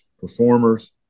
performers